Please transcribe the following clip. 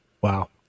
wow